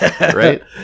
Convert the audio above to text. right